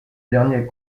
dernier